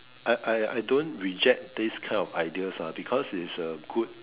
I I I don't reject this kind of ideas ah because it's a good